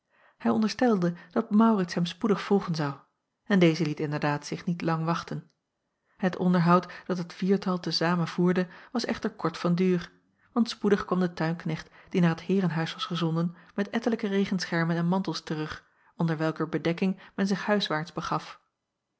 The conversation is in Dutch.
ij onderstelde dat aurits hem spoedig volgen zou en deze liet inderdaad zich niet lang wachten et onderhoud dat het viertal te zamen voerde was echter kort van duur want spoedig kwam de tuinknecht die naar het heerenhuis was gezonden met ettelijke regenschermen en mantels terug onder welker bedekking men zich huiswaarts begaf